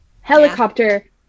Helicopter